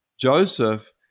Joseph